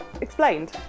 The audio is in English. Explained